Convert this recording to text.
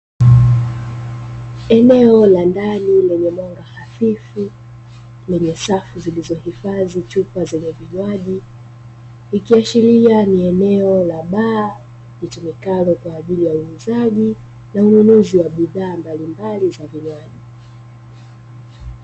Eneo la ndani lenye mwanga hafifu, lenye safu zilizohifadhi chupa zenye vinywaji, ikiashiria ni eneo la baa litumikalo kwaajili ya uuzaji na ununuzi wa bidhaa mbalimbali za vinywaji.